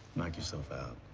knock yourself out,